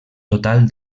total